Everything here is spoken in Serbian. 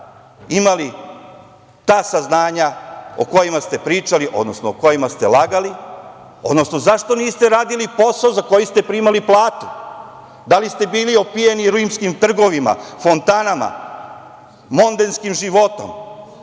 imali ta saznanja o kojima ste pričali, odnosno o kojima ste lagali, odnosno zašto niste radili posao za koji ste primali platu? Da li ste bili opijeni rimskim trgovima, fontanama, mondenskim životom,